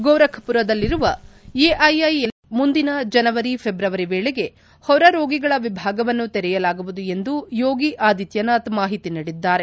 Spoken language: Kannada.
ಗೋರಖ್ ಪುರದಲ್ಲಿರುವ ಎಐಐಎಂಅಸ್ ನಲ್ಲಿ ಮುಂದಿನ ಜನವರಿ ಫೆಬ್ರವರಿ ವೇಳೆಗ ಹೊರ ರೋಗಿಗಳ ವಿಭಾಗವನ್ನು ತೆರೆಯಲಾಗುವುದು ಎಂದು ಯೋಗಿ ಆದಿತ್ಯನಾಥ್ ಮಾಹಿತಿ ನೀಡಿದ್ದಾರೆ